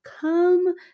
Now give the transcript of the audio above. come